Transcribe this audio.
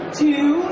two